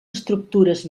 estructures